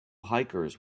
hikers